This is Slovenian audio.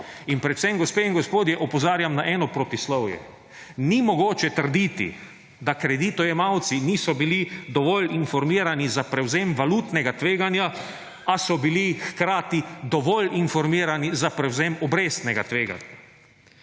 In predvsem, gospe in gospodje, opozarjam na eno protislovje. Ni mogoče trditi, da kreditojemalci niso bili dovolj informirani za prevzem valutnega tveganja, a so bili hkrati dovolj informirani za prevzem obrestnega tveganja.